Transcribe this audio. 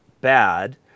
bad